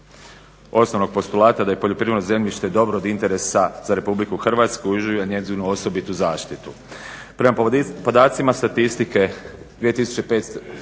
osnovnog postulata da je poljoprivredno zemljište dobro od interesa za Republiku Hrvatsku i uživa njezinu osobitu zaštitu.